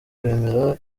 yemera